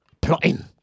plotting